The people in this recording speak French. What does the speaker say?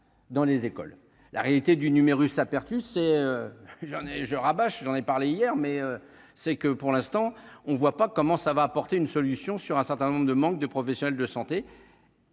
dans les écoles, la réalité du numerus apertus c'est plusieurs années je rabâche, j'en ai parlé hier mais c'est que pour l'instant on ne voit pas comment ça va apporter une solution sur un certain nombre de manque de professionnels de santé.